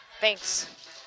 Thanks